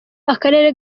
akarere